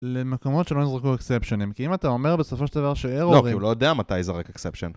למקומות שלא יזרקו אקספשיונים, כי אם אתה אומר בסופו של דבר שארורים... לא, כי הוא לא יודע מתי יזרק אקספשיון.